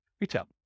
retail